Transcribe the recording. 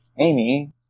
Amy